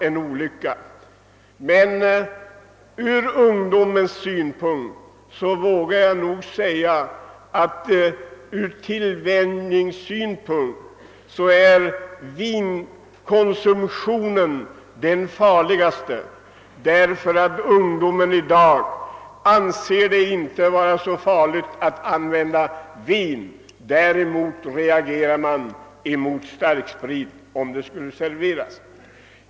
Jag vågar hävda att vinkonsumtionen ur tillvänjningssynpunkt är den farligaste, ty dagens ungdom anser det inte vara så riskabelt att använda vin. Däremot reagerar den mot starksprit när sådan serveras.